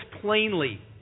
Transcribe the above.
plainly